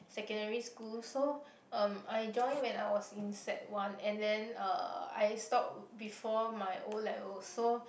secondary school so um I join when I was in sec-one and then uh I stop before my O-levels so